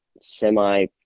semi